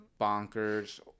bonkers